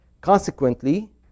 Consequently